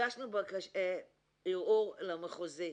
הגשנו ערעור למחוזי,